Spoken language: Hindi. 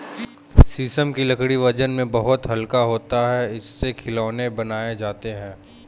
शीशम की लकड़ी वजन में बहुत हल्का होता है इससे खिलौने बनाये जाते है